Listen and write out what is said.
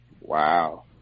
wow